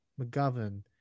mcgovern